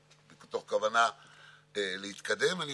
לא שמעתי אתכם מדברים כך כשהיה פרס,